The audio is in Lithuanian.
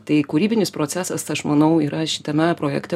tai kūrybinis procesas aš manau yra šitame projekte